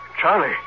Charlie